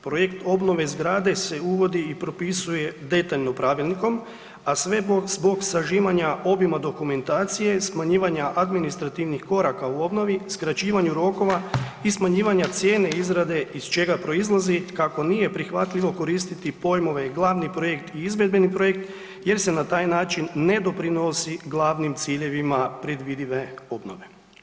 Projekt obnove zgrade se uvodi i propisuje detaljno pravilnikom, a sve zbog sažimanja obima dokumentacije, smanjivanja administrativnih koraka u obnovi, skraćivanju rokova i smanjivanja cijene izrade iz čega proizlazi kako nije prihvatljivo koristiti pojmove glavni projekt i izvedbeni projekt jer se na taj način ne doprinosi glavnim ciljevima predvidive obnove.